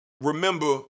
Remember